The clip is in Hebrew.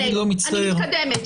אני מתקדמת.